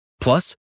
Plus